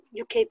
UK